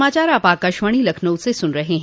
यह समाचार आप आकाशवाणी लखनऊ से सुन रहे हैं